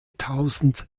tausend